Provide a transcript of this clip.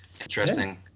interesting